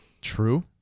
true